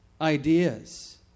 ideas